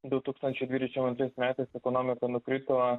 du tūkstančiai dvidešim antrais metais ekonomika nukrito